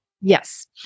Yes